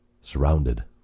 surrounded